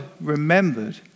remembered